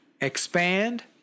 expand